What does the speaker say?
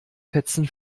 fetzen